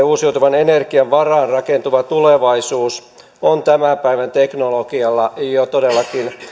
uusiutuvan energian varaan rakentuva tulevaisuus on tämän päivän teknologialla todellakin